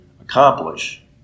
accomplish